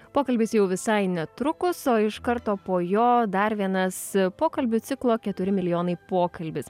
pokalbis jau visai netrukus o iš karto po jo dar vienas pokalbių ciklo keturi milijonai pokalbis